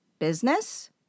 business